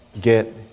get